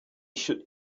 should